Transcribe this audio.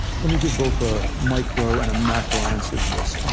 let me give both a micro and a macro answer to this.